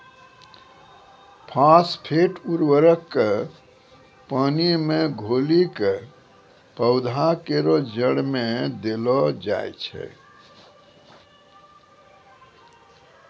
phosphate उर्वरक क पानी मे घोली कॅ पौधा केरो जड़ में देलो जाय छै